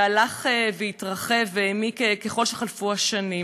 שהלך והתרחב והעמיק ככל שחלפו השנים.